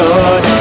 Lord